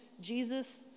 Jesus